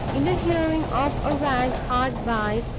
in the hearing of a wag hard by,